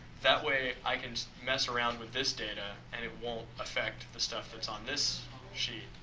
that way i can mess around with this data and it won't affect the stuff that's on this sheet.